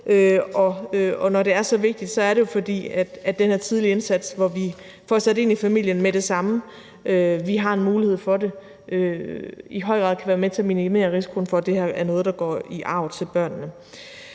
og når det er så vigtigt, er det jo, fordi den her tidlige indsats, hvor vi har en mulighed for at få sat ind i familien med det samme, i høj grad kan være med til at minimere risikoen for, at det her er noget, der går i arv til børnene.